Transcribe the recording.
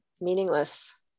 meaningless